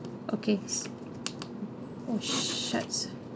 okay oh short